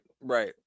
right